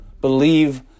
believe